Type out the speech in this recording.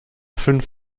fünf